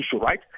right